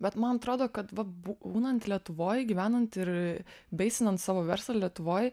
bet man atrodo kad va būnant lietuvoj gyvenant ir beisinant savo verslą lietuvoj